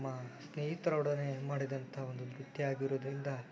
ನಮ್ಮ ಸ್ನೇಹಿತರೊಡನೆ ಮಾಡಿದಂಥ ಒಂದು ನೃತ್ಯ ಆಗಿರೋದರಿಂದ